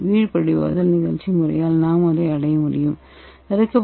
வீழ்படிவாதல் நிகழ்ச்சி முறையால் நாம் அதை அடைய முடியும் தடுக்கப்பட்ட